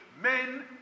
men